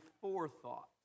forethought